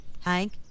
Hank